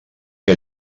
que